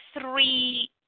three